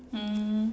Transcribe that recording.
um